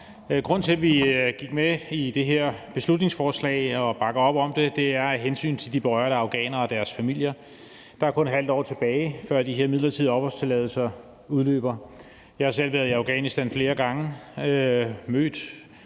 herom. Når vi gik med i det her beslutningsforslag og bakker op om det, er det af hensyn til de berørte afghanere og deres familier. Der er kun et halvt år tilbage, før de her midlertidige opholdstilladelser udløber. Jeg har selv været i Afghanistan flere gange og